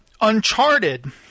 Uncharted